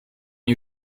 you